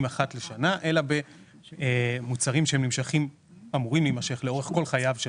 אחת לשנה אלא במוצרים שאמורים להימשך לאורך כל חייו של